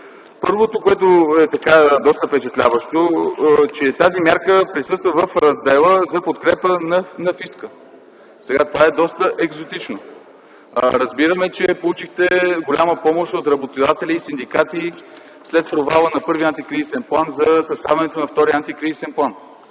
Първото, доста впечатляващо, е, че тази мярка присъства в раздела за подкрепа на фиска. Това е доста екзотично. Разбираме, че получихте голяма помощ от работодатели и синдикати след провала на първия антикризисен план за съставянето на втория антикризисен план.